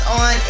on